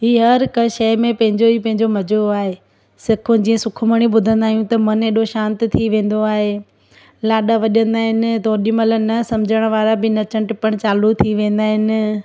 हीअ हर हिक शइ में पंहिंजो ई पंहिंजो मज़ो आहे सिख जीअं सुखमणी ॿुधंदा आहियूं त मन अहिड़ो शांति थी वेंदो आहे लाॾा वॼंदा आहिनि त ओॾीमाहिल न सम्झण वारा बि नचणु टिपणु चालू थी वेंदा आहिनि